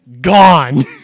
Gone